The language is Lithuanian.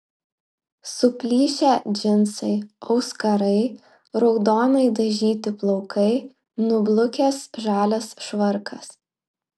suplyšę džinsai auskarai raudonai dažyti plaukai nublukęs žalias švarkas